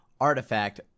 artifact